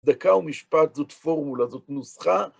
דקה ומשפט, זאת פורמולה, זאת נוסחה.